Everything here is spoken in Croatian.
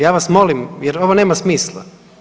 Ja vas molim jer ovo nema smisla.